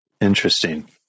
Interesting